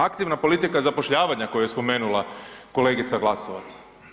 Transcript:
Aktivna politika zapošljavanja koju je spomenula kolegica Glasovac.